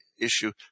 issue